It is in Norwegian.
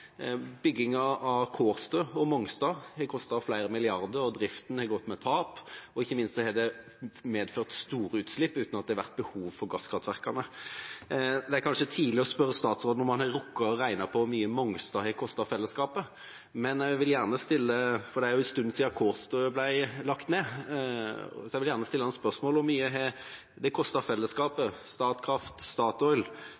av Kårstø og Mongstad har kostet flere milliarder, driften har gått med tap, og ikke minst har det medført store utslipp uten at det har vært behov for gasskraftverkene. Det er kanskje tidlig å spørre statsråden om han har rukket å regne på hvor mye Mongstad har kostet fellesskapet. Det er jo en stund siden Kårstø ble lagt ned, så jeg vil gjerne stille spørsmål om hvor mye det har kostet fellesskapet, Statkraft og Statoil å drive gjennom det